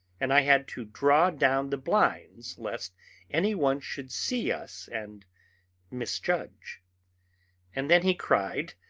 and i had to draw down the blinds lest any one should see us and misjudge and then he cried,